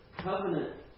covenant